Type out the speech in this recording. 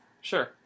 Sure